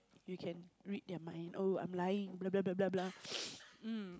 you can read their mind oh I'm lying blah blah blah blah blah